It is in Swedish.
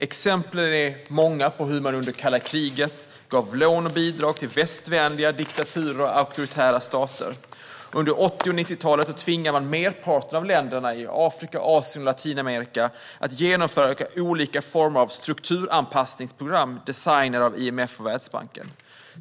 Exemplen är många på hur man under kalla kriget gav lån och bidrag till västvänliga diktaturer och auktoritära stater. Under 80 och 90-talet tvingade man merparten av länderna i Afrika, Asien och Latinamerika att genomföra olika former av strukturanpassningsprogram designade av IMF och Världsbanken.